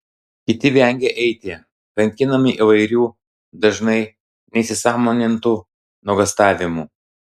kiti vengia eiti kankinami įvairių dažnai neįsisąmonintų nuogąstavimų